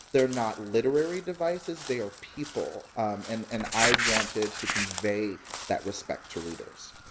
they're not literary devices they are people. um and and i wanted to convey that respect to readers